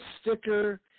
sticker